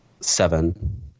seven